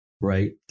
right